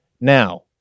Now